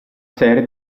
serie